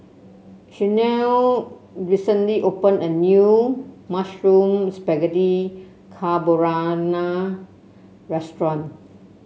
Shanelle recently opened a new Mushroom Spaghetti Carbonara Restaurant